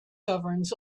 governs